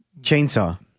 Chainsaw